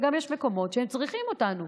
וגם יש מקומות שצריכים אותנו,